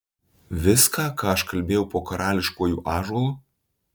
viską ką aš kalbėjau po karališkuoju ąžuolu